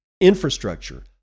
infrastructure